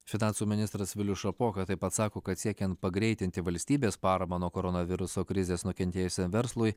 finansų ministras vilius šapoka taip pat sako kad siekiant pagreitinti valstybės paramą nuo koronaviruso krizės nukentėjusiam verslui